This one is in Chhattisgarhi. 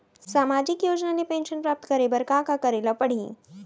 सामाजिक योजना ले पेंशन प्राप्त करे बर का का करे ल पड़ही?